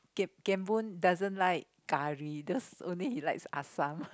Gem Gem-Boon doesn't like curry those only he likes assam